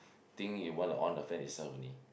think you want to on the fan itself only